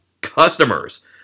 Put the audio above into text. Customers